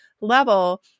level